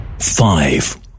Five